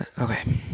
okay